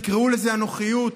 תקראו לזה אנוכיות,